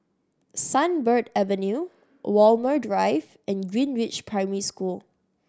Sunbird Avenue Walmer Drive and Greenridge Primary School